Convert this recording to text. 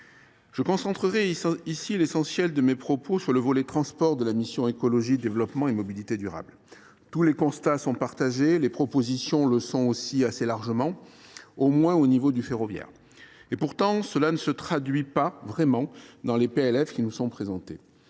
Je concentrerai l’essentiel de mon propos au volet transports de la mission « Écologie, développement et mobilité durables ». Tous les constats sont partagés, les propositions le sont aussi assez largement, au moins dans le domaine du ferroviaire. Or cela ne se traduit pas véritablement dans les PLF successifs qui nous sont présentés.